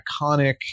iconic